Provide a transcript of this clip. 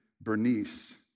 Bernice